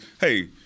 hey